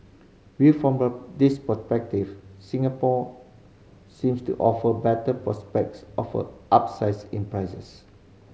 viewed from Singapore seems to offer better prospects of a upsides in prices